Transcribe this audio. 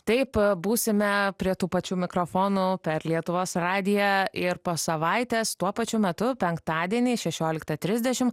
taip būsime prie tų pačių mikrofonų per lietuvos radiją ir po savaitės tuo pačiu metu penktadienį šešioliktą trisdešim